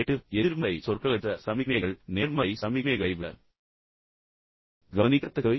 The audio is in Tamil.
எட்டு எதிர்மறை சொற்களற்ற சமிக்ஞைகள் நேர்மறை சமிக்ஞைகளை விட மிகவும் கவனிக்கத்தக்கவை